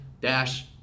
Dash